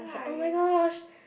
is like oh-my-gosh